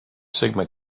sigma